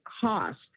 cost